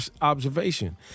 observation